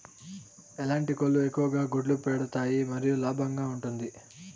ఎట్లాంటి కోళ్ళు ఎక్కువగా గుడ్లు పెడతాయి మరియు లాభంగా ఉంటుంది?